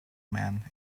man